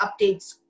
updates